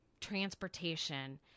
transportation